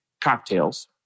Cocktails